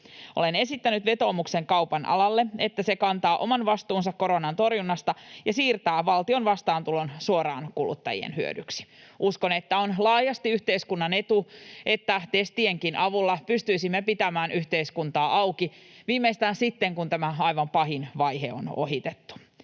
Olen esittänyt vetoomuksen kaupan alalle, että se kantaa oman vastuunsa koronan torjunnasta ja siirtää valtion vastaantulon suoraan kuluttajien hyödyksi. Uskon, että on laajasti yhteiskunnan etu, että testienkin avulla pystyisimme pitämään yhteiskuntaa auki viimeistään sitten, kun tämä aivan pahin vaihe on ohitettu.